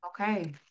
Okay